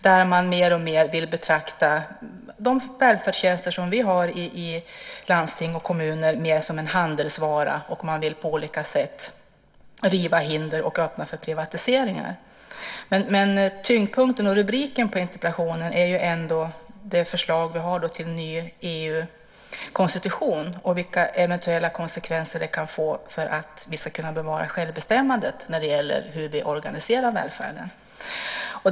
Man vill mer och mer betrakta de välfärdstjänster vi har i landsting och kommuner som en handelsvara. Man vill på olika sätt riva hinder och öppna för privatiseringar. Tyngdpunkten och rubriken på interpellationen är ändå det förslag som finns för ny EU-konstitution och vilka eventuella konsekvenser den kan få för att vi ska få bevara självbestämmandet när det gäller hur vi organiserar välfärden.